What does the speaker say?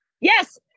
Yes